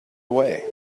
away